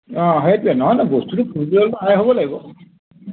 অ' সেইটোৱে নহয় বস্তুটো আই হ'ব লাগিব